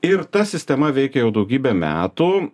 ir ta sistema veikia jau daugybę metų